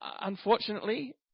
unfortunately